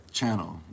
channel